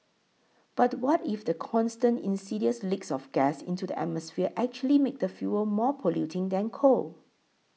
but what if the constant insidious leaks of gas into the atmosphere actually make the fuel more polluting than coal